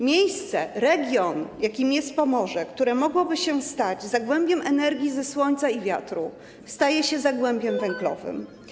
Miejsce, region, jakim jest Pomorze, które mogłoby się stać zagłębiem energii ze słońca i wiatru, staje się zagłębiem węglowym.